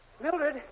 Mildred